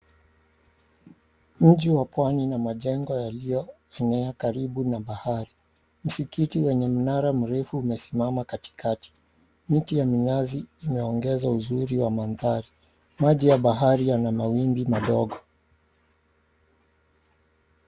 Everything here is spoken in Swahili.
Mji wa Pwani na majengo yaliyoenea karibu na bahari. Msikiti wenye mnara mrefu umesimama katikati. Miti ya minazi imeongeza uzuri wa Pmandhari, maji ya bahari yana mawimbi madogo.